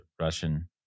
Russian